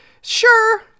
sure